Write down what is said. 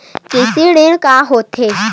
कृषि ऋण का होथे?